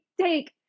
take